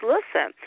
Listen